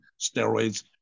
steroids